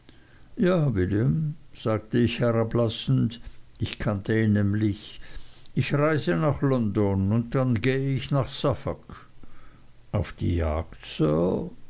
ja william sagte ich herablassend ich kannte ihn nämlich ich reise nach london und dann gehe ich nach suffolk auf die jagd